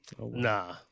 Nah